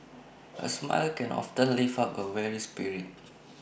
A smile can often lift up A weary spirit